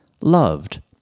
loved